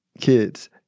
kids